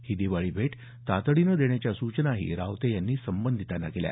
ही दिवाळी भेट तातडीनं देण्याच्या सूचनाही रावते यांनी संबंधितांना केल्या